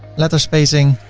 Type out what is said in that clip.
letter spacing.